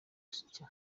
nshya